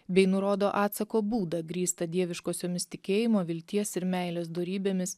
bei nurodo atsako būdą grįstą dieviškosiomis tikėjimo vilties ir meilės dorybėmis